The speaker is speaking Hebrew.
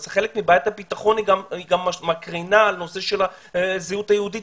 אבל חלק מבעיית הביטחון גם מקרינה על הנושא של הזהות היהודית